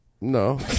No